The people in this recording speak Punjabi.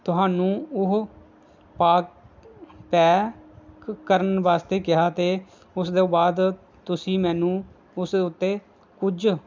ਤੁਹਾਨੂੰ ਉਹ ਪਾਕ ਪੈਕ ਕਰਨ ਵਾਸਤੇ ਕਿਹਾ ਅਤੇ ਉਸ ਤੋਂ ਬਾਅਦ ਤੁਸੀਂ ਮੈਨੂੰ ਉਸ ਉੱਤੇ ਕੁਝ